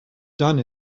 done